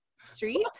street